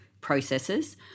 processes